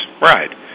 right